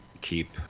keep